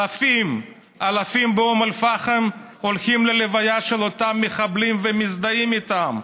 אלפים באום אל-פחם הולכים ללוויה של אותם מחבלים ומזדהים איתם.